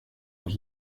mot